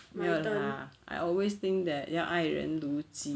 没有 lah I always think that 要爱人如己